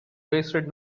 wasted